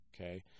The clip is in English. okay